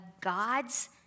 God's